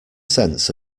sense